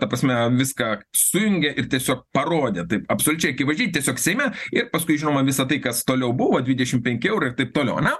ta prasme viską sujungė ir tiesiog parodė taip absoliučiai akivaizdžiai tiesiog seime ir paskui žinoma visa tai kas toliau buvo dvidešim penki eurai ir taip toliau ane